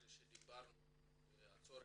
אחרי שדיברנו על הצורך,